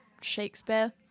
Shakespeare